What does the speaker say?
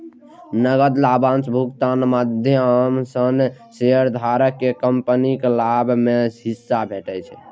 नकद लाभांश भुगतानक माध्यम सं शेयरधारक कें कंपनीक लाभ मे हिस्सा भेटै छै